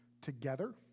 together